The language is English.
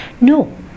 No